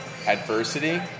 Adversity